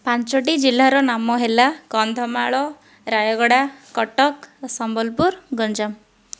ପାଞ୍ଚଟି ଜିଲ୍ଲାର ନାମ ହେଲା କନ୍ଧମାଳ ରାୟଗଡ଼ା କଟକ ସମ୍ବଲପୁର ଗଞ୍ଜାମ